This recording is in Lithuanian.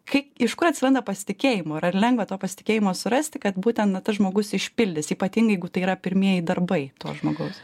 kaip iš kur atsiranda pasitikėjimo ir ar lengva to pasitikėjimo surasti kad būtent tas žmogus išpildys ypatingai jeigu tai yra pirmieji darbai to žmogaus